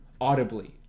Audibly